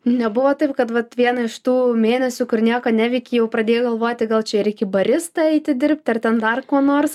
nebuvo taip kad vat vieną iš tų mėnesių kur nieko neveiki jau pradėjai galvoti gal čia reik į baristą eiti dirbti ar ten dar kuo nors